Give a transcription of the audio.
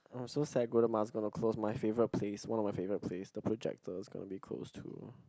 I'm so sad Golden Mile is gonna close my favourite place one of my favourite place the Projector is going to be closed too